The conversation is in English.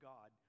God